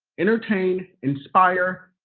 entertain, inspire,